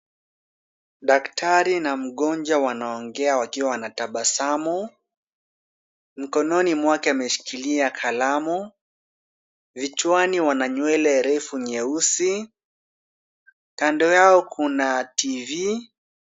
Daktari na mgonjwa wanaongea wakiwa wanatabasamu. Mkononi mwake ameshikilia kalamu. Vichwani wana nywele refu nyeusi. Kando yao kuna TV .